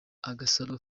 agasaro